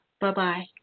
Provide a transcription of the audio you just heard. Bye-bye